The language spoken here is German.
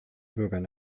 bürgern